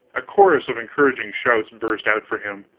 a chorus of encouraging shouts burst out for him,